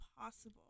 possible